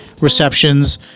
receptions